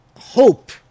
hope